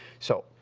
so,